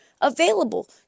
available